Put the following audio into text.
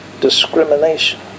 discrimination